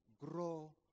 grow